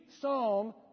Psalm